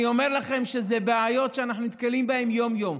אני אומר לכם שאלו בעיות שאנחנו נתקלים בהן יום-יום.